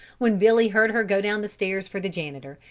when billy heard her go down the stairs for the janitor,